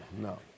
No